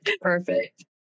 Perfect